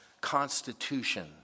Constitution